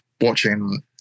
watching